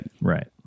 right